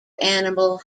animal